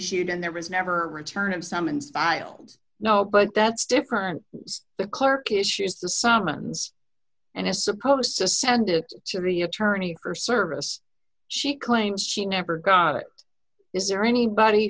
issued and there was never a return of summons filed no but that's different the clerk issues the summons and is supposed to send it to the attorney for service she claims she never got it is there anybody